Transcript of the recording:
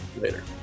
later